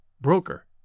broker